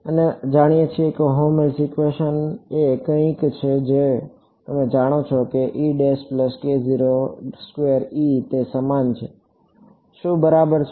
અને અમે જાણીએ છીએ કે હેલ્મહોલ્ટ્ઝ ઇક્વેશન એ કંઈક છે જે તમે જાણો છો તે સમાન છે શું બરાબર છે